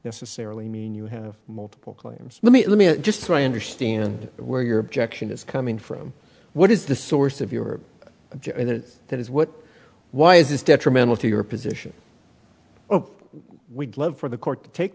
necessarily mean you have multiple claims let me let me just so i understand where your objection is coming from what is the source of your that is what why is this detrimental to your position we'd love for the court to take